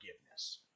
forgiveness